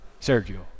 Sergio